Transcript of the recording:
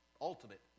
Ultimate